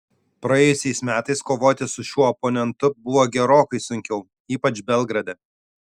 praėjusiais metais kovoti su šiuo oponentu buvo gerokai sunkiau ypač belgrade